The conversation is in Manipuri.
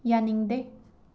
ꯌꯥꯅꯤꯡꯗꯦ